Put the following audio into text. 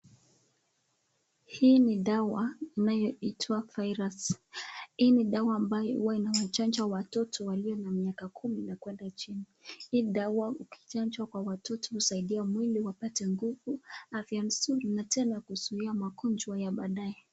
Hii ni dawa inayoitwa virus inayochanjwa watoto walio na miaka kumi na kuenda chini. Hii dawa ukichanjwa kwa watoto inawasaidia wapate nguvu, afya nzuri na tena kuzuia magonjwa ya baadaye.